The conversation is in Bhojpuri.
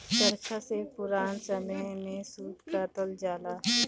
चरखा से पुरान समय में सूत कातल जाला